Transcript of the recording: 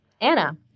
anna